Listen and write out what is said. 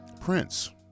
Prince